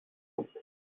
route